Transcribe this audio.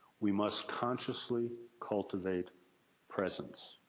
we must consciously cultivate presence.